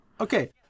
Okay